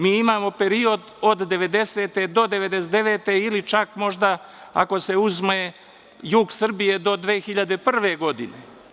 Mi imamo period od 1990. do 1999. godine ili čak možda ako se uzme jug Srbije, do 2001. godine.